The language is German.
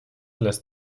lässt